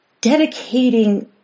dedicating